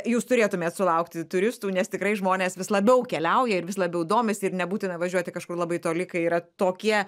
jūs turėtumėt sulaukti turistų nes tikrai žmonės vis labiau keliauja ir vis labiau domisi ir nebūtina važiuoti kažkur labai toli kai yra tokie